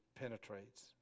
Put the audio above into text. penetrates